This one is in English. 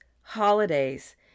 holidays